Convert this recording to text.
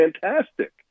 fantastic